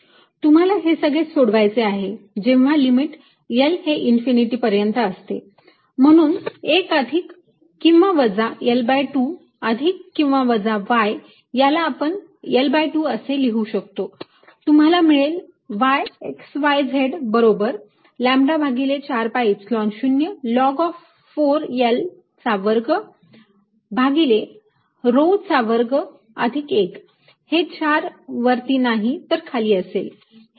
sec 12yL22sec 22y L22 तुम्हाला हे सगळे सोडवायचे आहे जेव्हा लिमिट L हे इंफिनिटी पर्यंत असते म्हणून 1 अधिक किंवा वजा L2 अधिक किंवा वजा y याला आपण L2 असे घेऊ शकतो तुम्हाला मिळेल Vx y z बरोबर लॅम्बडा भागिले 4 pi Epsilon 0 log of 4 L चा वर्ग भागिले rho चा वर्ग अधिक 1 हे 4 वरती नाही तर खाली असेल